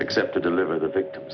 except to deliver the victims